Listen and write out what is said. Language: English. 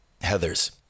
Heather's